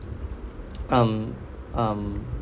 um